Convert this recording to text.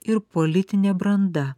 ir politinė branda